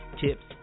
tips